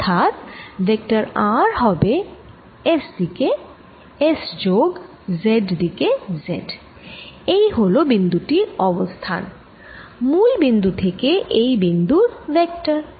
অর্থাৎ vector r হবে S দিকে S যোগ z দিকে z এই হল বিন্দু টির অবস্থান মূল বিন্দু থেকে এই বিন্দুর ভেক্টর